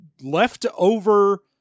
leftover